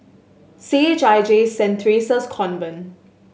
C H I J Saint Theresa's Convent